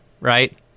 right